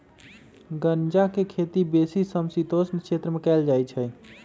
गञजा के खेती बेशी समशीतोष्ण क्षेत्र में कएल जाइ छइ